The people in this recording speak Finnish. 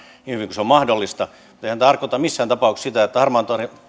se on mahdollista mutta en tarkoita missään tapauksessa sitä että harmaan